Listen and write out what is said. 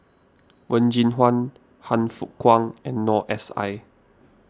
Wen Jinhua Han Fook Kwang and Noor S I